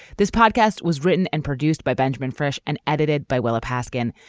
this podcast was written and produced by benjamin fresh and edited by willa paskin.